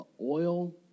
oil